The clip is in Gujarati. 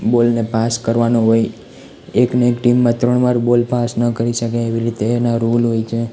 બોલને પાસ કરવાનો હોય એકને એક ટીમમાં ત્રણ વાર બોલ પાસ કરી ન શકે એવી રીતે એના રૂલ હોય છે